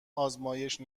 آزمایش